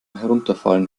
herunterfallen